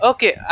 Okay